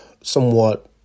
somewhat